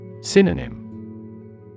Synonym